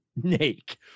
snake